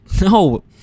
No